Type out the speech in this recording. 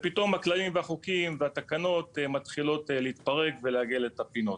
ופתאום הכללים והחוקים והתקנות מתחילות להתפרק ולעגל את הפינות.